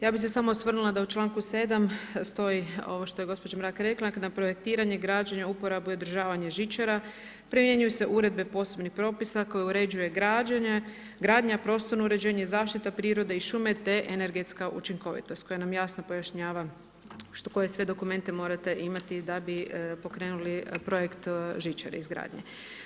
Ja bi se samo osvrnula da u članku 7. stoji ovo što je gospođa Mrak rekla, dakle na projektiranje, građenje, uporabu i održavanje žičara primjenjuju se uredbe posebnih propisa koje uređuje gradnja, prostorno uređenje, zaštita prirode i šume te energetska učinkovitost koje nam jasno pojašnjava koje sve dokumente morate imati da bi pokrenuli projekt žičare i izgradnje.